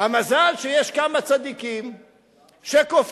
מזל שיש כמה צדיקים שקופצים,